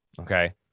Okay